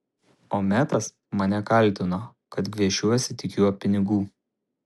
o metas mane kaltino kad gviešiuosi tik jo pinigų